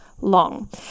long